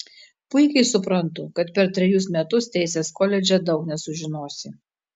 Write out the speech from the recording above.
puikiai suprantu kad per trejus metus teisės koledže daug nesužinosi